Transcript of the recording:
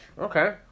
Okay